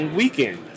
weekend